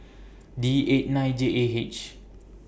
D eight nine J A H